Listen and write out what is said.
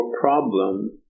problem